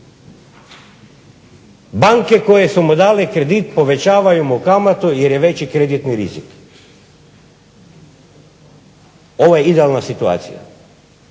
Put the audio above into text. banke koje su mu dale kredit povećavaju mu kamatu jer je veći kreditni rizik. Ovo je idealna situacija.